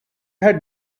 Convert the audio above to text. had